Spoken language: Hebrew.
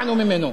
תודה רבה.